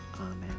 amen